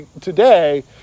today